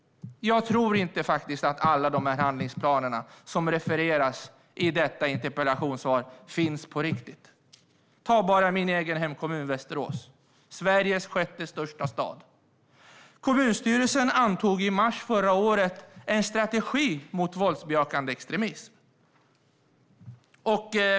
Jag tror inte att alla de handlingsplaner som det refereras till i interpellationssvaret finns på riktigt. Ta till exempel min hemkommun Västerås, Sveriges sjätte största stad. Där antog kommunstyrelsen i mars förra året en strategi mot våldsbejakande extremism.